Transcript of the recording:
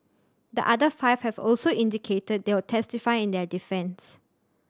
the other five have also indicated they will testify in their defence